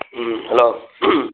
ꯎꯝ hello